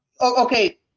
Okay